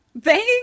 Thank